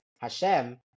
Hashem